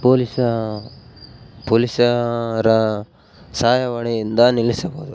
ಪೊಲೀಸಾ ಪೊಲೀಸರ ಸಹಾಯವಾಣಿಯಿಂದ ನಿಲ್ಲಿಸಬೋದು